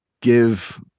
give